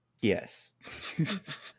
Yes